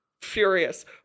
furious